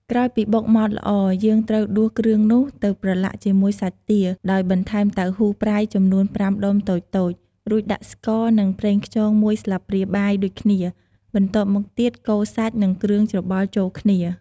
ក្រោយពីបុកម៉ដ្ឋល្អ យើងត្រូវដួសគ្រឿងនោះទៅប្រឡាក់ជាមួយសាច់ទា ដោយបន្ថែមតៅហ៊ូប្រៃចំនួន ៥ដុំតូចៗ រួចដាក់ស្ករ និង ប្រេងខ្យង ១ស្លាបព្រាបាយដូចគ្នា បន្ទាប់មកទៀត កូរសាច់ និងគ្រឿងច្របល់ចូលគ្នា។